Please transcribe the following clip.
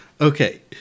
Okay